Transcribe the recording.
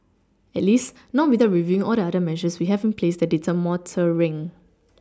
at least not without reviewing all the other measures we have in place that deter motoring